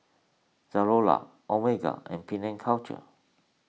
Zalora Omega and Penang Culture